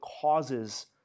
causes